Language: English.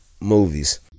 movies